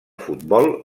futbol